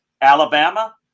Alabama